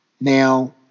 Now